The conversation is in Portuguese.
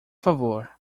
favor